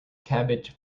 cabbage